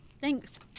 Thanks